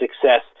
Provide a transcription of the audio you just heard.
success